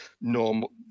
normal